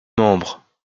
membres